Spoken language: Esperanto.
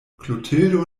klotildo